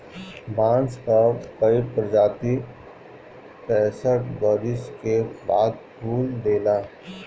बांस कअ कई प्रजाति पैंसठ बरिस के बाद फूल देला